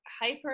hyper